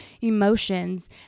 emotions